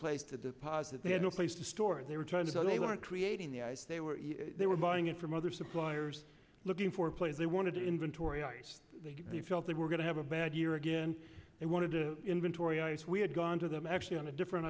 place to deposit they had no place to store and they were trying to they want to create in the eyes they were they were buying it from other suppliers looking for a place they wanted to inventory the felt they were going to have a bad year again they wanted to inventory i guess we had gone to them actually on a different